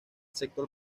sector